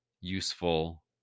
useful